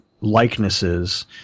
likenesses